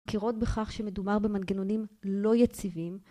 מכירות בכך שמדובר במנגנונים לא יציבים.